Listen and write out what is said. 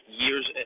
years